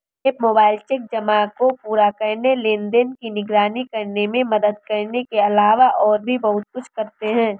app mobile cheque जमा को पूरा करने, लेनदेन की निगरानी करने में मदद करने के अलावा और भी बहुत कुछ करते हैं